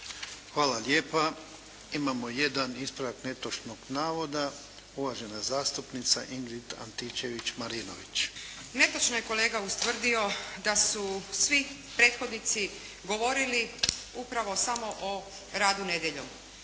Hvala lijepa. Imamo jedan ispravak netočnog navoda. Uvažena zastupnica Ingrid Antičević-Marinović. **Antičević Marinović, Ingrid (SDP)** Netočno je kolega ustvrdio da su svi prethodnici govorili upravo samo o radu nedjeljom.